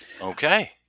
Okay